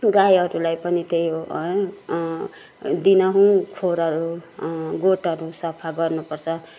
गाईहरूलाई पनि त्यही हो है दिनहुँ खोरहरू गोठहरू सफा गर्नुपर्छ